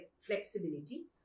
flexibility